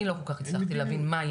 אני לא כל כך הצלחתי להבין מה היא